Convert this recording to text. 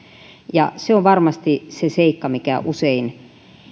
ja se on varmasti se seikka mikä usein